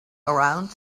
around